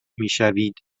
میشوید